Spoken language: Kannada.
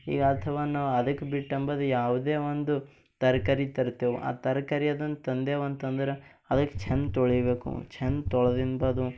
ಈಗ ಅಥವಾ ನಾ ಅದಕ್ಕೆ ಬಿಟ್ಟಂಬದು ಯಾವುದೇ ಒಂದು ತರಕಾರಿ ತರ್ತೆವು ಆ ತರಕಾರಿ ಅದನ್ನ ತಂದೇವಂತಂದರ ಅದಕ್ಕೆ ಛಂದ ತೊಳೀಬೇಕು ಛಂದ ತೊಳ್ದಿನ ಬಾದು